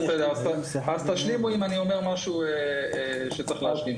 אז תשלימו אם צריך.